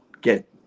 get –